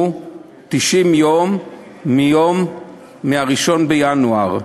הוא 90 יום מ-1 בינואר.